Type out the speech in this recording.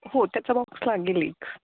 हो त्याचा बॉक्स लागेल एक